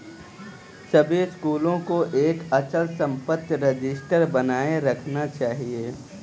सभी स्कूलों को एक अचल संपत्ति रजिस्टर बनाए रखना चाहिए